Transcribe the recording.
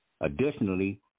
additionally